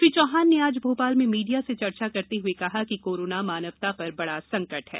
श्री चौहान ने आज भोपाल में मीडिया से चर्चा करते हुए कहा कि कोरोना मानवता पर बड़ा संकट है